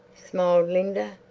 smiled linda.